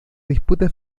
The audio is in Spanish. disputa